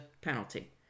penalty